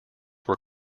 were